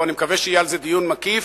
ואני מקווה שיהיה על זה דיון מקיף,